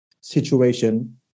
situation